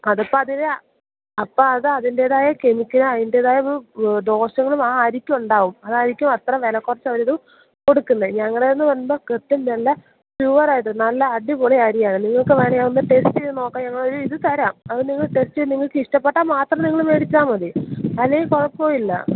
അത് അപ്പം അതിൽ അപ്പം അതിൽ അതിൻറ്റേതായ കെമിക്കൽ അതിൻറ്റേതായ ഒരു ദോഷങ്ങളും ആ അരിക്കുണ്ടാകും അതായിരിക്കും അത്ര വില കുറച്ച് അവർ അത് കൊടുക്കുന്നത് ഞങ്ങളുടേത് എന്ന് പറയുമ്പോൾ കൃത്യം നല്ല പ്യുവറായത് നല്ല അടിപൊളി അരിയാണ് നിങ്ങൾക്ക് വേണമെങ്കിൽ അതൊന്ന് ടെസ്റ്റ് ചെയ്ത് നോക്കാം ഞങ്ങളൊരിത് തരാം അത് നിങ്ങൾ ടെസ്റ്റ് ചെയ്ത് നിങ്ങൾക്കിഷ്ടപ്പെട്ടാൽ മാത്രം നിങ്ങൾ മേടിച്ചാൽ മതി അല്ലേൽ കുഴപ്പമില്ല